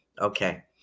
Okay